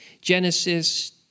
Genesis